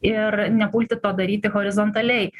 ir nepulti to daryti horizontaliai